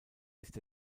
ist